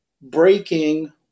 breaking